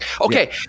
Okay